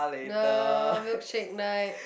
no milkshake night